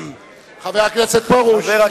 חבר הכנסת פרוש,